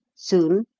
soon?